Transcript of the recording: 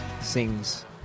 sings